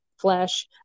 flesh